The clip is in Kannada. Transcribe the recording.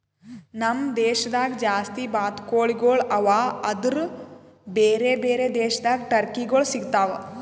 ನಮ್ ದೇಶದಾಗ್ ಜಾಸ್ತಿ ಬಾತುಕೋಳಿಗೊಳ್ ಅವಾ ಆದುರ್ ಬೇರೆ ಬೇರೆ ದೇಶದಾಗ್ ಟರ್ಕಿಗೊಳ್ ಸಿಗತಾವ್